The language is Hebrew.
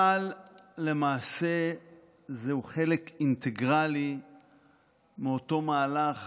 אבל למעשה זהו חלק אינטגרלי מאותו מהלך